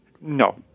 No